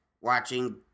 watching